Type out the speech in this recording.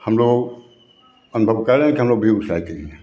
हम लोग अनुभव कर रहे हैं कि हम लोग बेगूसराय के ही हैं